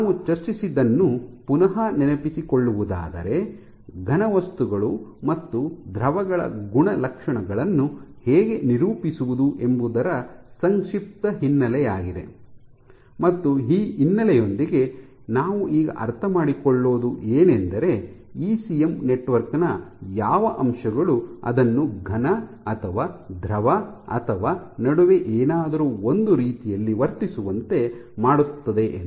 ನಾವು ಚರ್ಚಿಸಿದ್ದನ್ನು ಪುನಃ ನೆನಪಿಸಿಕೊಳ್ಳುವುದಾದರೆ ಘನವಸ್ತುಗಳು ಮತ್ತು ದ್ರವಗಳ ಗುಣಲಕ್ಷಣಗಳನ್ನು ಹೇಗೆ ನಿರೂಪಿಸುವುದು ಎಂಬುದರ ಸಂಕ್ಷಿಪ್ತ ಹಿನ್ನೆಲೆಯಾಗಿದೆ ಮತ್ತು ಆ ಹಿನ್ನೆಲೆಯೊಂದಿಗೆ ನಾವು ಈಗ ಅರ್ಥ ಮಾಡೊಕೊಳ್ಳೋದು ಏನೆಂದರೆ ಇಸಿಎಂ ನೆಟ್ವರ್ಕ್ ನ ಯಾವ ಅಂಶಗಳು ಅದನ್ನು ಘನ ಅಥವಾ ದ್ರವ ಅಥವಾ ನಡುವೆ ಏನಾದರೂ ಒಂದು ರೀತಿಯಲ್ಲಿ ವರ್ತಿಸುವಂತೆ ಮಾಡುತ್ತದೆ ಎಂದು